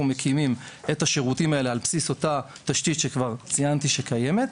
מקימים את השירותים האלו על בסיס אותה תשתית שכבר ציינתי שקיימת.